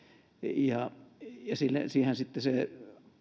ja sitten